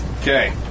Okay